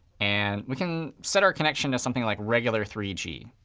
and we can set our connection to something like regular three g.